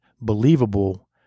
believable